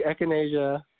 echinacea